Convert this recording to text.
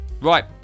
right